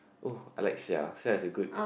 oh I like sia sia as a good